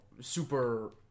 super